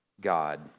God